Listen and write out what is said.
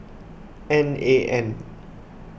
N A N